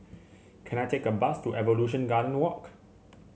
can I take a bus to Evolution Garden Walk